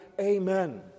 Amen